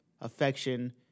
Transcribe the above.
affection